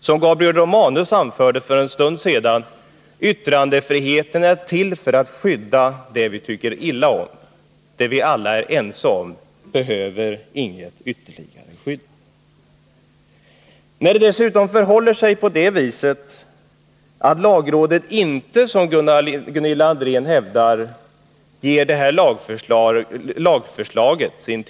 Som Gabriel Romanus för en stund sedan sade: Yttrandefriheten är till för att skydda det vi tycker illa om — det vi gillar behöver inget ytterligare skydd. Dessutom tillstyrker lagrådet inte, som Gunilla André hävdar, det här lagförslaget.